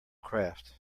craft